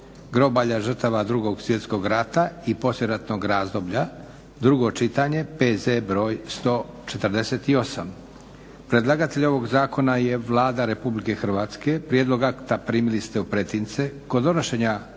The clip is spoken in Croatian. groblja žrtava Drugog svjetskog rata i poslijeratnog razdoblja, drugo čitanje, PZ br. 148 Predlagatelj ovog zakona je Vlada Republike Hrvatske. Prijedlog akta primili ste u pretince. Kod donošenja